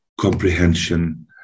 comprehension